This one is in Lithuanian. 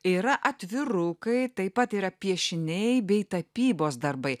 yra atvirukai taip pat yra piešiniai bei tapybos darbai